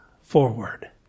forward